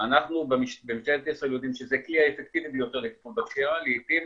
אנחנו במשטרת ישראל יודעים שזה הכלי האפקטיבי ביותר לטיפול בפשיעה לעתים